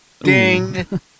Ding